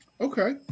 Okay